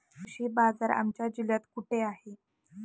कृषी बाजार आमच्या जिल्ह्यात कुठे आहे?